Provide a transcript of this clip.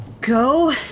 go